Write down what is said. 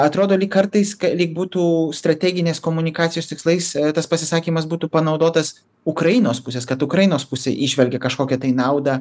atrodo lyg kartais lyg būtų strateginės komunikacijos tikslais tas pasisakymas būtų panaudotas ukrainos pusės kad ukrainos pusė įžvelgė kažkokią tai naudą